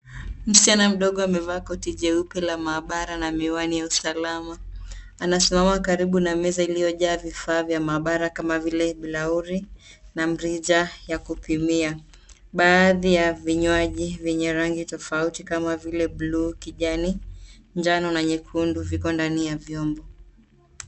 Msichana mdogo amevaa koti jeupe ya maabara na miwani ya usalama. Anasimama karibu na meza iliyojaa vifaa vya maabara kama vile bilauri, na mrija ya kupimia. Baadhi ya vinywaji vyenye rangi tofauti kama vile buluu, kijani, njano na nyekundu viko ndani ya vyombo.